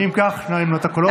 אם כך, שנייה למנות את הקולות.